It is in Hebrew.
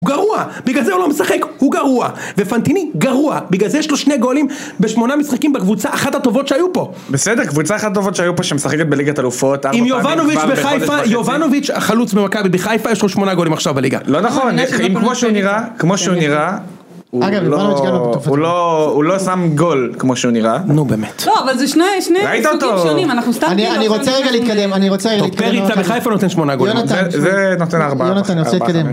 הוא גרוע! בגלל זה הוא לא משחק! הוא גרוע! ופנטיני גרוע! בגלל זה יש לו שני גולים בשמונה משחקים בקבוצה אחת הטובות שהיו פה! בסדר? קבוצה אחת הטובות שהיו פה שמשחקת בליגת אלופות? עם יובנוביץ' בחיפה! יובנוביץ' החלוץ במכבי בחיפה יש לו שמונה גולים עכשיו בליגה! לא נכון! כמו שהוא נראה... כמו שהוא נראה... אגב יובנוביץ' גם לא בטופה... הוא לא... הוא לא שם גול כמו שהוא נראה... נו באמת... לא אבל זה שני... שני...